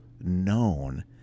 known